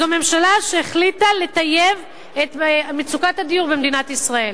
זו ממשלה שהחליטה לטייב את מצב הדיור במדינת ישראל,